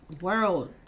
world